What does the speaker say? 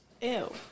Ew